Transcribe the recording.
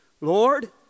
Lord